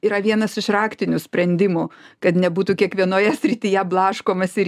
yra vienas iš raktinių sprendimų kad nebūtų kiekvienoje srityje blaškomasi ir